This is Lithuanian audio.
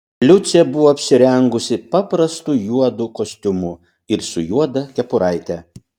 liucė buvo apsirengusi paprastu juodu kostiumu ir su juoda kepuraite